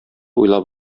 уйлап